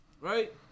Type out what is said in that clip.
right